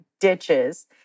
ditches